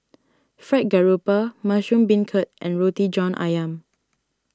Fried Garoupa Mushroom Beancurd and Roti John Ayam